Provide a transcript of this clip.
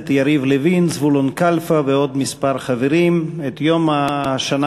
ציון יום השנה